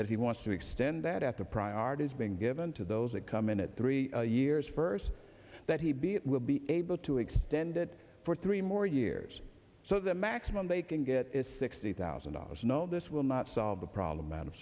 that he wants to extend that at the priorities being given to those that come in at three years first that he be it will be able to extend it for three more years so the maximum they can get is sixty thousand dollars no this will not solve the problem out of